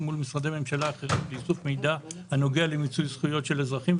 מול משרדי ממשלה אחרים לאיסוף מידע הנוגע למיצוי זכויות של אזרחים,